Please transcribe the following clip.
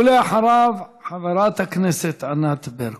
ואחריו, חברת הכנסת ענת ברקו.